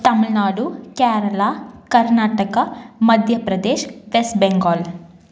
Tamil Nadu Kerala Karnataka Madhya Pradesh West Bengal